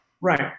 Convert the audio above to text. Right